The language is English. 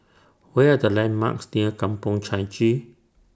What Are The landmarks near Kampong Chai Chee